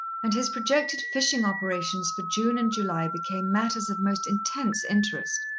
and his projected fishing operations for june and july became matters of most intense interest.